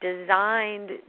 designed